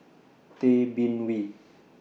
Tay Bin Wee